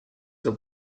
the